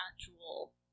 actual